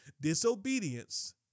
disobedience